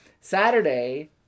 Saturday